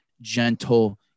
gentle